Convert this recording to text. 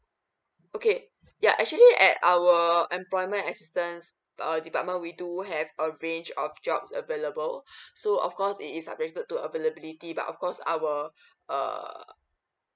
okay ya actually at our employment assistance uh department we do have a range of jobs available so of course it is subjected to availability but of course our err